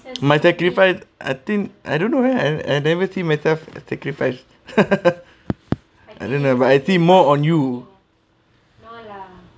my sacrifice I think I don't know eh I I never seen myself a sacrifice I don't know but I see more on you